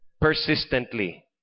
persistently